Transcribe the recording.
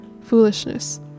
foolishness